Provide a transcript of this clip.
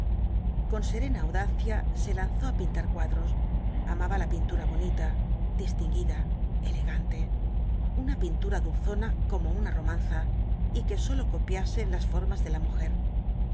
con serena audacia se lanzó á pintar cuadros amaba la pintura bonita distinguida elegante una pintura dulzona como una romanza y que sólo copiase las formas de la mujer